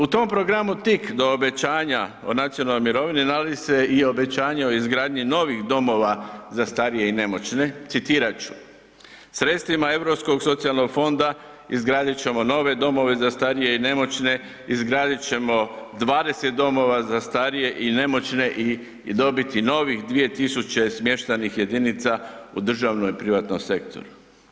U tom programu tik do obećanja o nacionalnoj mirovini, nalazi se i obećanje o izgradnji novih domova za starije i nemoćne, citirat ću: „Sredstvima Europskog socijalnog fonda izgradit ćemo nove domove za starije i nemoćne, izgradit ćemo 20 domova za starije i nemoćne i dobiti novih 2000 smještajnih jedinica u državnom i privatnom sektoru“